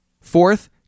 Fourth